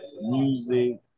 music